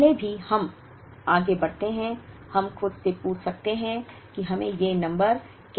पहले भी हम आगे बढ़ते हैं हम खुद से पूछ सकते हैं कि हमें ये नंबर कैसे मिले